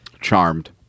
Charmed